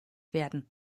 werden